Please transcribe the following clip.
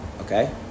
okay